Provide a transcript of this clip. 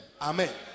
Amen